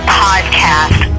podcast